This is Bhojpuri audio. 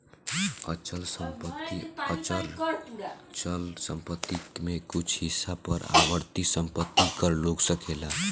अचल संपत्ति अउर चल संपत्ति के कुछ हिस्सा पर आवर्ती संपत्ति कर लाग सकेला